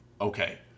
Okay